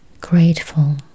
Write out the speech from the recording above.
grateful